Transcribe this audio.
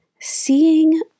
Seeing